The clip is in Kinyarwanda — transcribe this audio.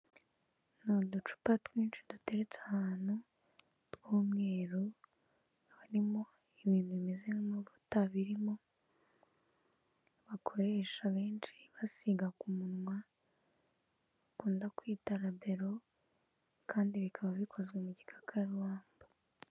Ni uducupa twinshi duteretse ahantu, tw'umweru, haba harimo ibintu bimeze nk'amavuta birimo, bakoresha benshi basiga ku minwa, bakunda kwita rabero, kandi bikaba bikozwe mu gikakarubamba.